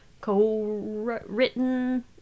co-written